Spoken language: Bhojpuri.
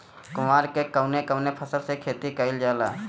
कुवार में कवने कवने फसल के खेती कयिल जाला?